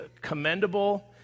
commendable